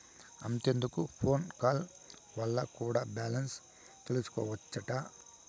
అంతెందుకు phone call వల్ల కూడా బాలెన్స్ తెల్సికోవచ్చట